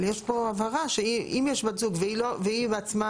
אבל יש פה הבהרה שאם יש בת זוג והיא בעצמה